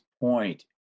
point